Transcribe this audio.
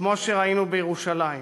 כמו שראינו בירושלים.